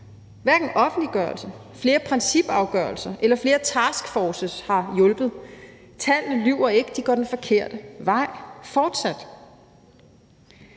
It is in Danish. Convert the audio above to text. hverken offentliggørelse, flere principafgørelser eller flere taskforces har hjulpet. Tallene lyver ikke – de går den forkerte vej fortsat.